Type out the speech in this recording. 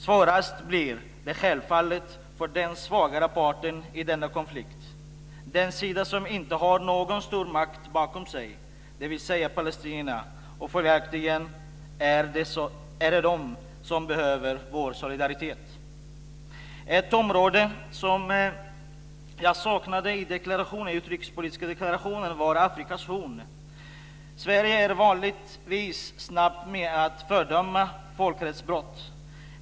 Svårast blir det självfallet för den svagare parten i denna konflikt, den sida som inte har någon stormakt bakom sig, dvs. palestinierna. Följaktligen är det de som behöver vår solidaritet. Ett område som jag saknade i den utrikespolitiska deklarationen var Afrikas horn. Sverige är vanligtvis snabbt ute med att fördöma folkrättsbrott.